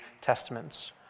Testaments